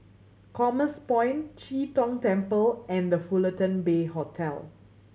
Commerce Point Chee Tong Temple and The Fullerton Bay Hotel